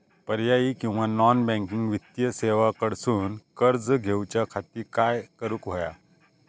पर्यायी किंवा non banking वित्तीय सेवा कडसून कर्ज घेऊच्या खाती काय करुक होया?